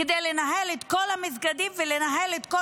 וזה כדי לנהל את כל המסגדים ולנהל את כל